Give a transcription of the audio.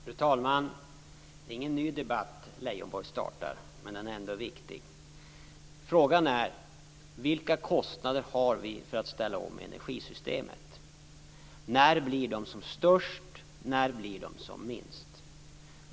Fru talman! Det är ingen ny debatt Lars Leijonborg startar, men den är ändå viktig. Frågan är: Vilka kostnader har vi för att ställa om energisystemet? När blir de som störst? När blir de som minst?